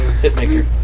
Hitmaker